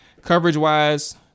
Coverage-wise